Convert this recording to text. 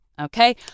Okay